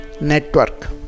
Network